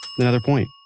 another point